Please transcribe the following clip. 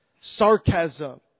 Sarcasm